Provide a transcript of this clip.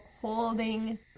holding